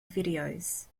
videos